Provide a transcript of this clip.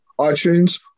iTunes